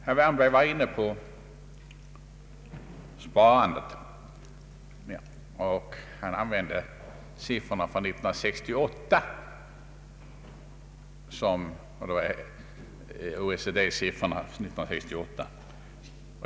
Herr Wärnberg var inne på sparandet och använde OECD-statistiken från år 1968.